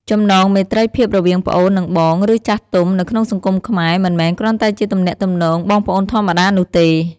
ចំណងមេត្រីភាពរវាងប្អូន និងបង ឬចាស់ទុំ នៅក្នុងសង្គមខ្មែរ មិនមែនគ្រាន់តែជាទំនាក់ទំនងបងប្អូនធម្មតានោះទេ។